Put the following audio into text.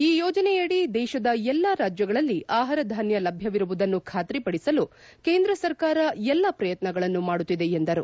ಈ ಯೋಜನೆ ಅಡಿ ದೇಶದ ಎಲ್ಲಾ ರಾಜ್ಯಗಳಲ್ಲಿ ಆಹಾರಧಾನ್ಯ ಲಭ್ಯವಿರುವುದನ್ನು ಖಾತ್ರಿಪಡಿಸಲು ಕೇಂದ್ರ ಸರ್ಕಾರ ಎಲ್ಲ ಪ್ರಯತ್ನಗಳನ್ನು ಮಾಡುತ್ತಿದೆ ಎಂದರು